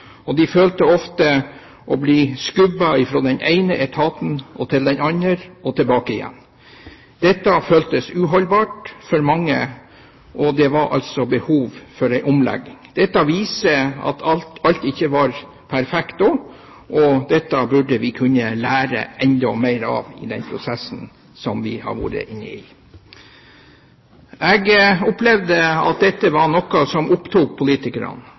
og de følte ofte at de ble skubbet fra den ene etaten til den andre og tilbake igjen. Dette føltes uholdbart for mange, og det var altså behov for en omlegging. Dette viser at alt ikke var perfekt da, og dette burde vi kunne lære enda mer av i den prosessen som vi er inne i. Jeg opplevde at dette var noe som opptok politikerne,